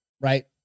Right